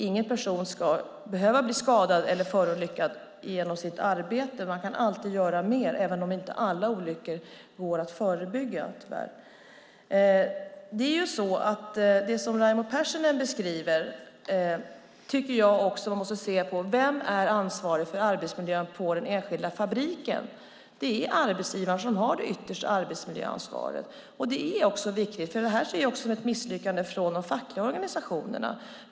Ingen person ska behöva bli skadad eller förolyckad på grund av sitt arbete. Man kan alltid göra mer, även om inte alla olyckor går att förebygga. Man måste också titta på vem som är ansvarig för arbetsmiljön på den enskilda fabriken. Det är arbetsgivaren som har det yttersta arbetsmiljöansvaret. Jag ser detta också som ett misslyckande av de fackliga organisationerna.